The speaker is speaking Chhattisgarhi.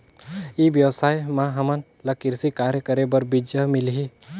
ई व्यवसाय म हामन ला कृषि कार्य करे बर बीजा मिलही?